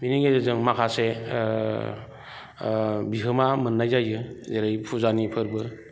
बेनि गेजेरजों माखासे बिहोमा मोन्नाय जायो जेरै फुजानि फोरबो